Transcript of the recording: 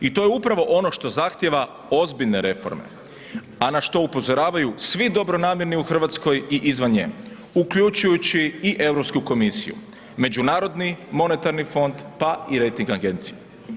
I to je upravo ono što zahtjeva ozbiljne reforme, a na što upozoravaju svi dobronamjerni u Hrvatskoj i izvan nje, uključujući i Europsku komisiju, Međunarodni monetarni fond, pa i rejting agencije.